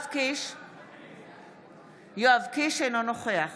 אינו נוכח